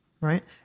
Right